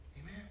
Amen